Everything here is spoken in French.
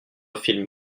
film